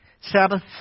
Sabbath